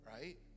Right